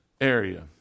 area